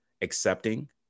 accepting